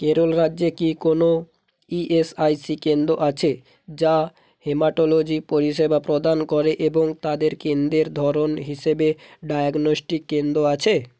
কেরল রাজ্যে কি কোনও ইএসআইসি কেন্দ্র আছে যা হেম্যাটোলজি পরিষেবা প্রদান করে এবং তাদের কেন্দ্রের ধরন হিসেবে ডায়াগনোস্টিক কেন্দ্র আছে